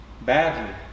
badly